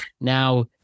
Now